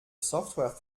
software